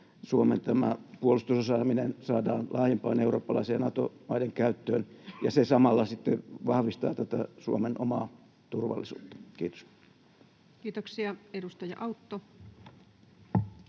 Suomen puolustusosaaminen saadaan laajempaan eurooppalaiseen Nato-maiden käyttöön ja samalla sitten vahvistamaan tätä Suomen omaa turvallisuutta? Kiitoksia. — Edustaja Autto.